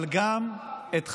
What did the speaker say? / אבל גם את חייו,